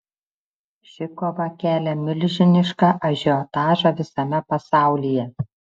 ši kova kelia milžinišką ažiotažą visame pasaulyje